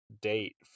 date